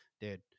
Dude